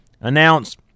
announce